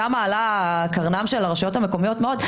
שם עלה קרנן של הרשויות המקומיות מאוד,